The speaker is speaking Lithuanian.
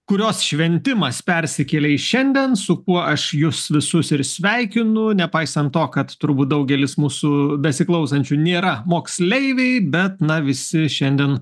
kurios šventimas persikėlė į šiandien su kuo aš jus visus ir sveikinu nepaisant to kad turbūt daugelis mūsų besiklausančių nėra moksleiviai bet na visi šiandien